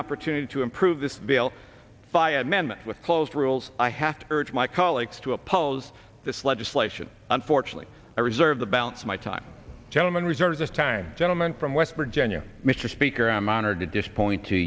opportunity to improve this bill by amendment with closed rules i have to urge my colleagues to oppose this legislation unfortunately i reserve the balance of my time gentleman reserves this time gentleman from west virginia mr speaker i am honored to disappoint to